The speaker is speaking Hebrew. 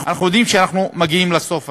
אנחנו יודעים שאנחנו מגיעים לסוף הזה.